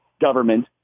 government